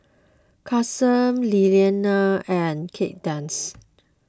Kason Lillianna and Kaydence